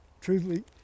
truly